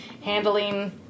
handling